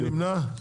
מי נמנע?